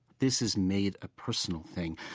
this is made a personal thing.